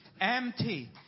empty